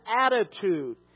attitude